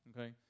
okay